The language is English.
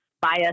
bias